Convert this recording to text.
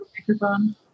microphone